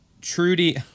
Trudy